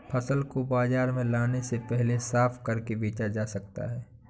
फसल को बाजार में लाने से पहले साफ करके बेचा जा सकता है?